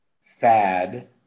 fad